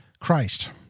Christ